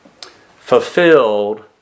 fulfilled